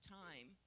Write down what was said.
time